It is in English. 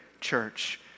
church